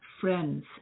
friends